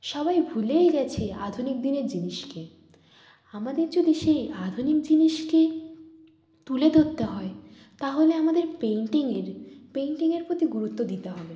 সবাই ভুলেই গেছে আধুনিক দিনের জিনিসকে আমাদের যদি সেই আধুনিক জিনিসকে তুলে ধরতে হয় তাহলে আমাদের পেন্টিংয়ের পেন্টিংয়ের প্রতি গুরুত্ব দিতে হবে